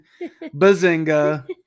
Bazinga